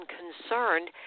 concerned